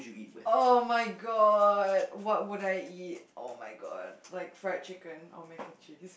[oh]-my-god what would I eat [oh]-my-god like fried chicken or mac and cheese